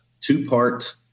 two-part